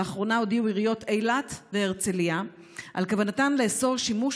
לאחרונה הודיעו עיריות אילת והרצליה על כוונתן לאסור שימוש